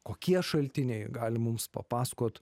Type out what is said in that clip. kokie šaltiniai gali mums papasakot